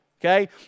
okay